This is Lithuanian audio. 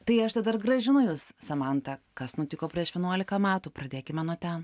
tai aš tada ir grąžinu jus samanta kas nutiko prieš vienuolika metų pradėkime nuo ten